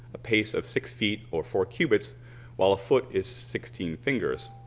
a pace of six feet or four cubits while a foot is sixteen fingers.